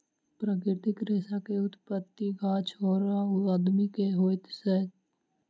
प्राकृतिक रेशा के उत्पत्ति गाछ और आदमी से होइत अछि